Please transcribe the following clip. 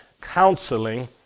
counseling